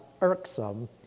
irksome